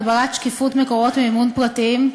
הגברת שקיפות מקורות מימון פרטיים),